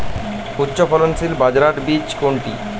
উচ্চফলনশীল বাজরার বীজ কোনটি?